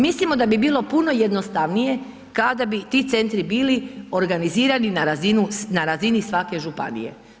Mislimo da bi bilo puno jednostavnije kada bi ti centri bili organizirani na razini svake županije.